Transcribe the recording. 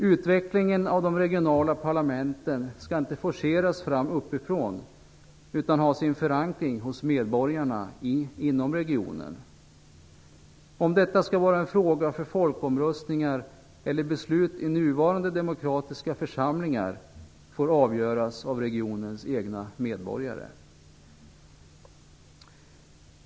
Utvecklingen av de regionala parlamenten skall inte forceras fram uppifrån utan ha sin förankring hos medborgarna inom regionen. Om detta skall vara en fråga för folkomröstningar eller beslut i nuvarande demokratiska församlingar får avgöras av regionens egna medborgare.